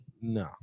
No